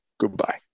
Goodbye